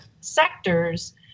sectors